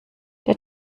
der